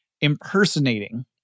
impersonating